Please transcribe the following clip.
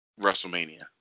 WrestleMania